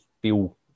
Bill